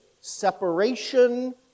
separation